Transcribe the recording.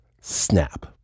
snap